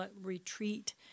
retreat